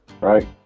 right